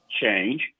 change